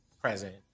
present